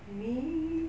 meal